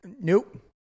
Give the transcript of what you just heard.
Nope